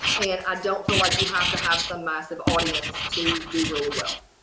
and i don't feel like you have to have some massive audience to do really well,